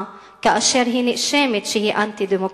כאשר היא נאשמת שהיא אנטי-דמוקרטית?